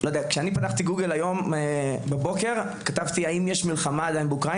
אנו יודעים שבקיבוץ זה הקליטה המיטבית לעולה הצעיר.